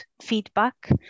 feedback